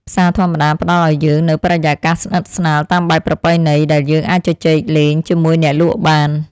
ផ្សារធម្មតាផ្តល់ឱ្យយើងនូវបរិយាកាសស្និទ្ធស្នាលតាមបែបប្រពៃណីដែលយើងអាចជជែកលេងជាមួយអ្នកលក់បាន។